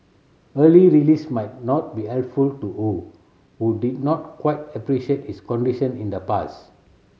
early release might not be helpful to Ho who did not quite appreciate his condition in the past